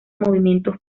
movimientos